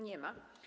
Nie ma.